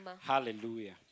Hallelujah